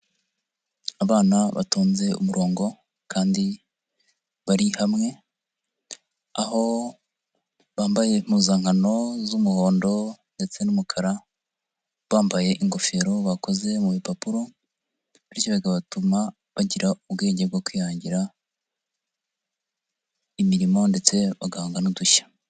Abana batonze umurongo kandi bari hamwe, aho bambaye impuzankano z'umuhondo ndetse n'umukara, bambaye ingofero bakoze mu bipapuro bityo bigatuma bagira ubwenge bwo kwihangira imirimo ndetse bagahanga n'udushya.